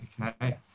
okay